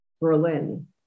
Berlin